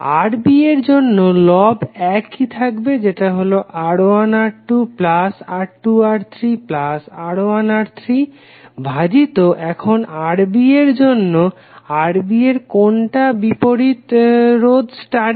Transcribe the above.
Rb এর জন্য লব একই থাকবে যেটা হলো R1R2R2R3R1R3 ভাজিত এখন Rb এর জন্য Rb এর কোনটা বিপরীত রোধ স্টারে